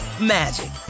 magic